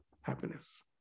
happiness